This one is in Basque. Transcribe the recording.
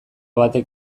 batek